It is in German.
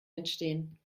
entstehen